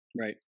right